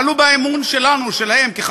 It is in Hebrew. מעלו באמון שלנו, שלהם, כחברים,